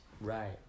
Right